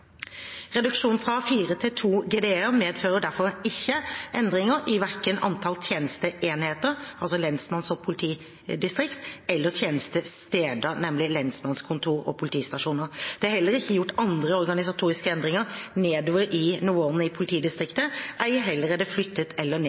fra fire til to GDE-er medfører derfor ikke endringer verken i antall tjenesteenheter, altså lensmanns- og politidistrikt, eller tjenestesteder, lensmannskontor og politistasjoner. Det er heller ikke gjort andre organisatoriske endringer nedover i nivåene i politidistriktet, ei heller er det flyttet eller